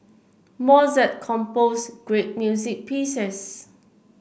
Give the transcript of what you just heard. Mozart composed great music pieces